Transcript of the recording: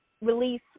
release